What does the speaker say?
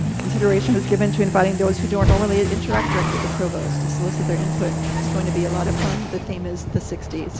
consideration was given to inviting those who don't normally and interact like with the provost to solicit their input, it's going to be a lot of fun, the theme is the sixty